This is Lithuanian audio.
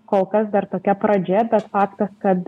kol kas dar tokia pradžia bet faktas kad